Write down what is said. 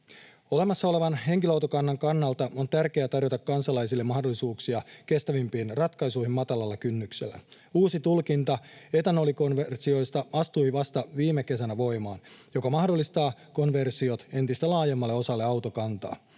Olemassa olevan henkilöautokannan kannalta on tärkeää tarjota kansalaisille mahdollisuuksia kestävämpiin ratkaisuihin matalalla kynnyksellä. Uusi tulkinta etanolikonversioista astui vasta viime kesänä voimaan, mikä mahdollistaa konversiot entistä laajemmalle osalle autokantaa.